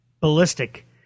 ballistic